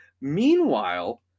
Meanwhile